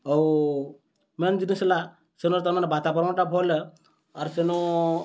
ଆଉ ମେନ୍ ଜିନିଷ୍ ହେଲା ସେନ ତାର୍ମାନେ ବାତାବରଣ୍ଟା ଭଲ୍ ଏ ଆର୍ ସେନୁ